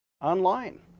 online